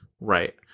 Right